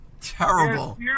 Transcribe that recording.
Terrible